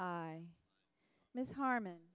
i miss harman